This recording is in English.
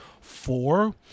four